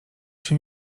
się